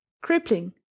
crippling